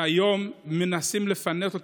היום מנסים לפנות אותם.